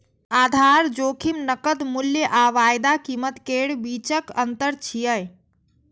आधार जोखिम नकद मूल्य आ वायदा कीमत केर बीचक अंतर छियै